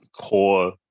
core